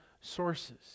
sources